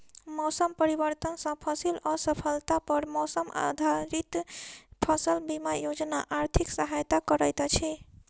मौसम परिवर्तन सॅ फसिल असफलता पर मौसम आधारित फसल बीमा योजना आर्थिक सहायता करैत अछि